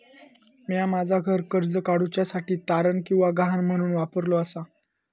म्या माझा घर कर्ज काडुच्या साठी तारण किंवा गहाण म्हणून वापरलो आसा